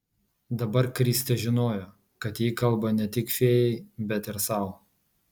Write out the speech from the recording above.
dabar kristė žinojo kad ji kalba ne tik fėjai bet ir sau